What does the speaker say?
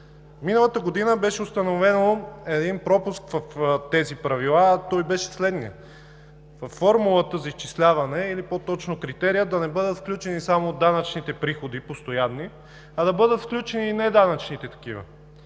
Миналата година беше установен един пропуск в тези правила и той беше следният: във формулата за изчисляване, или по-точно критерият, да не бъдат включени само постоянните данъчни приходи, а да бъдат включени и неданъчните такива.